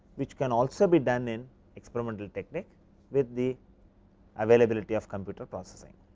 which can also be done in experimental technique with the availability of computer processing.